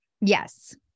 Yes